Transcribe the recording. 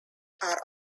are